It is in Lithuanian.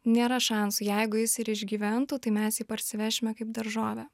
nėra šansų jeigu jis ir išgyventų tai mes jį parsivešime kaip daržovę